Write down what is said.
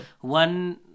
One